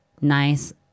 Nice